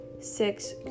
six